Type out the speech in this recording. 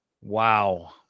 wow